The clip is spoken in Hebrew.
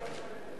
הרב יצחק.